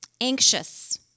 anxious